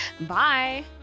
Bye